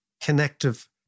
connective